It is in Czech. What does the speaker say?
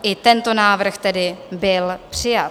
I tento návrh tedy byl přijat.